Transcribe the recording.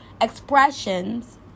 expressions